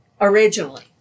originally